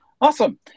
Awesome